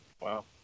Wow